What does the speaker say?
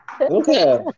okay